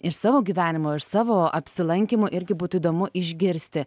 iš savo gyvenimo ir savo apsilankymų irgi būtų įdomu išgirsti